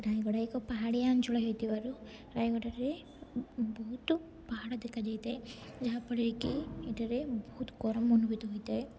ରୟଗଡ଼ା ଏକ ପାହାଡ଼ିଆ ଅଞ୍ଚଳ ହେଇଥିବାରୁ ରାୟଗଡ଼ାରେ ବହୁତ ପାହାଡ଼ ଦେଖାଯାଇଥାଏ ଯାହାଫଳରେ କି ଏଠାରେ ବହୁତ ଗରମ ଅନୁଭୂତ ହୋଇଥାଏ